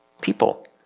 people